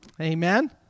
Amen